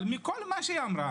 אבל מכל מה שהיא אמרה